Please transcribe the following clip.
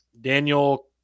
Daniel